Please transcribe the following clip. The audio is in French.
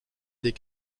des